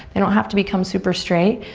they don't have to become super straight.